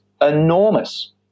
enormous